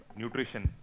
nutrition